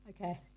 Okay